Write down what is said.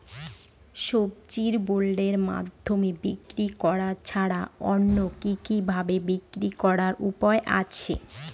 সবজি বন্ডের মাধ্যমে বিক্রি করা ছাড়া অন্য কি কি ভাবে বিক্রি করার উপায় আছে?